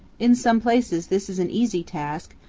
in some places this is an easy task,